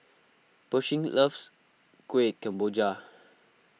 Pershing loves Kueh Kemboja